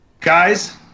Guys